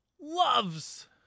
loves